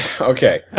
Okay